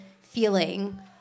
feeling